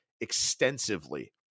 extensively